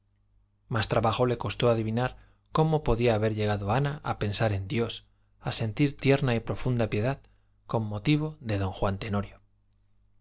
más trabajo le costó adivinar cómo podía haber llegado ana a pensar en dios a sentir tierna y profunda piedad con motivo de don juan tenorio